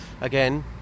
again